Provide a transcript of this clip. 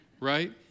right